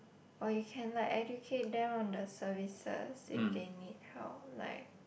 or you can like educate them on the services if they need help like